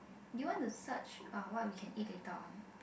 do you want to search uh what we can eat later on